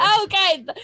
Okay